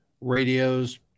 radios